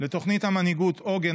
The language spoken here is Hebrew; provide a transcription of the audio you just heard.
לתוכנית המנהיגות עוגן,